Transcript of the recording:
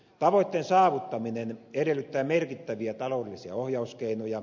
tavoitteen saavuttaminen edellyttää merkittäviä taloudellisia ohjauskeinoja